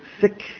sick